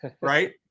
Right